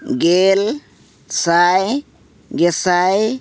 ᱜᱮᱞ ᱥᱟᱭ ᱜᱮᱥᱟᱭ